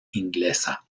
inglesa